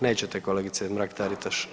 Nećete kolegice Mrak-Taritaš?